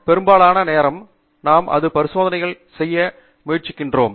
பெரும்பாலான நேரம் நாம் புதிய பரிசோதனைகள் செய்ய முயற்சிக்கிறோம்